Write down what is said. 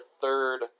third